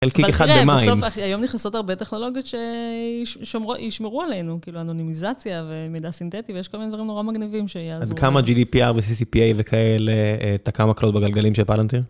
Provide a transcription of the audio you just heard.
היום נכנסות הרבה טכנולוגיות שישמרו עלינו, כאילו אנונימיזציה ומידע סינתטי ויש כל מיני דברים נורא מגניבים שיעזרו. אז כמה GDPR ו-CCPA וכאלה תקע מקלות בגלגלים של פלנטיר?